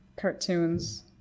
cartoons